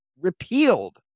repealed